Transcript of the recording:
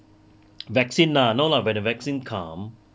vaccine lah no lah when the vaccine come